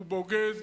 הוא בוגד